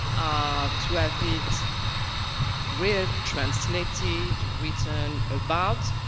ah to have it read, translated, written about.